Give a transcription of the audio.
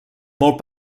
molt